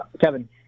Kevin